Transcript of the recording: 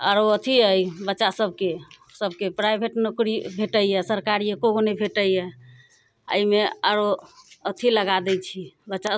आरो अथी अइ बच्चा सबके सबके प्राइवेट नौकरी भेटैय सरकारी एको गो नहि भेटैय अइमे आओरो अथी लगा दै छी बच्चा